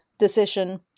decision